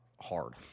hard